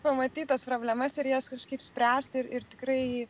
pamatyt tas problemas ir jas kažkaip spręsti ir ir tikrai